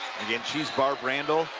again, she's barb randall,